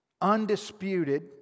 undisputed